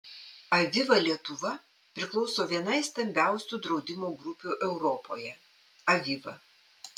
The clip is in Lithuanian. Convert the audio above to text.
aviva lietuva priklauso vienai stambiausių draudimo grupių europoje aviva